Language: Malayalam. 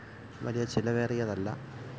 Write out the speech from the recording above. വലിയ ചിലവേറിയതല്ല